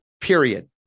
period